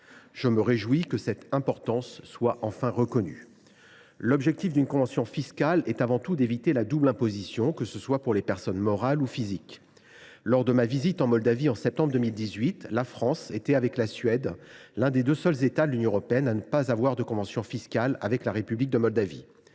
Je me réjouis que cette importance soit enfin reconnue. L’objectif d’une convention fiscale est avant tout d’éviter la double imposition, que ce soit pour les personnes morales ou physiques. Lors de ma visite en Moldavie, en septembre 2018, la France était, avec la Suède, l’un des deux seuls États de l’Union européenne à ne pas avoir de convention fiscale avec la République de Moldavie.